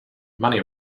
money